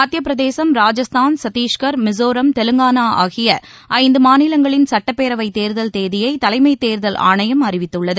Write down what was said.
மத்தியப் பிரதேசம் ராஜஸ்தான் சத்தீஷ்கர் மிசோரம் தெலங்கானா ஆகிய ஐந்து மாநிலங்களின் சுட்டப்பேரவை தேர்தல் தேதியை தலைமைத் தேர்தல் ஆணையம் அறிவித்துள்ளது